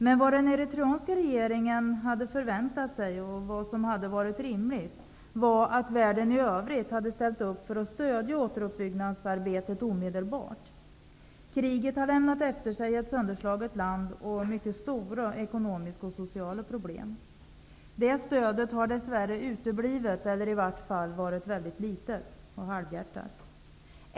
Men vad den eritreanska regeringen hade väntat sig, och vad som hade varit rimligt, var att världen i övrigt omedelbart ställt upp för att stödja återuppbyggnadsarbetet. Kriget har lämnat efter sig ett sönderslaget land och mycket stora ekonomiska och sociala problem. Stödet har uteblivit eller i vart fall varit väldigt litet och halvhjärtat.